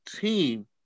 team